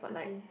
okay